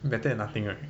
better than nothing right